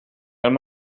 wenn